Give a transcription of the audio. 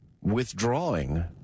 withdrawing